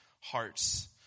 hearts